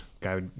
guy